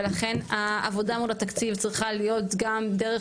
ולכן העבודה ומל התקציב צריכה להיות גם דרך